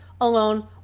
alone